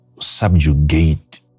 subjugate